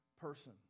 person